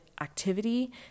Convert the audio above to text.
activity